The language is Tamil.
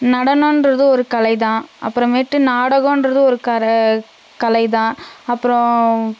நடனன்றது ஒரு கலை தான் அப்புறமேட்டு நாடகன்றது ஒரு கற கலை தான் அப்புறோம்